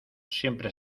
siempre